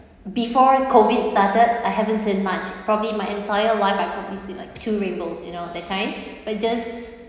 before COVID started I haven't seen much probably my entire life I probably see like two rainbows you know that kind but just